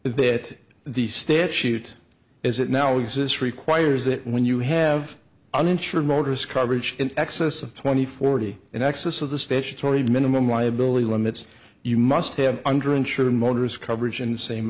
that the statute as it now exists requires that when you have uninsured motorist coverage in excess of twenty forty in excess of the statutory minimum liability limits you must have under insured motors coverage in the same